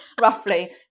roughly